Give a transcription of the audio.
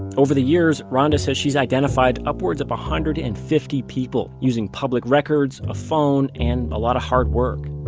over the years ronda says she has identified upwards of one hundred and fifty people using public records, a phone, and a lot of hard work.